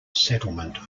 settlement